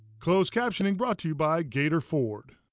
closed captioning brought to you by gator ford.